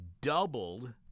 doubled